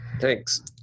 Thanks